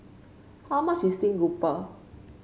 how much is steam grouper